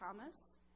Thomas